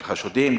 של חשודים.